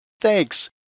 Thanks